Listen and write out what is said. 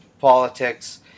politics